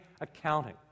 accounting